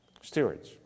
Stewards